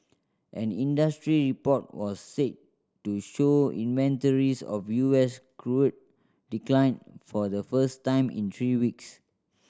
an industry report was said to show inventories of U S crude declined for the first time in three weeks